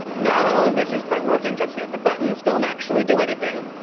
not all of this is quite working just yet. the buttons don't actually do anything,